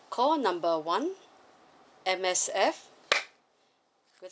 call number one M_S_F